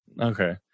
Okay